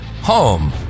Home